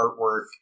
artwork